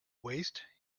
waste